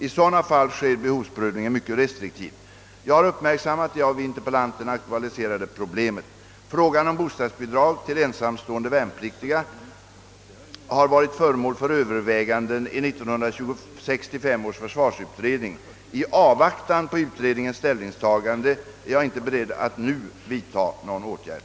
I sådana fall sker behovsprövningen mycket restriktivt. Jag har uppmärksammat det av interpellanten aktualiserade problemet. Frågan om bostadsbidrag till ensamstående värnpliktiga har emellertid varit föremål för överväganden i 1965 års försvarsutredning. I avvaktan på utredningens ställningstagande är jag inte beredd att nu vidta någon åtgärd.